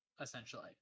essentially